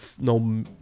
no